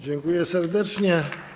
Dziękuję serdecznie.